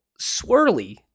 swirly